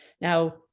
Now